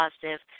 positive